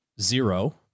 zero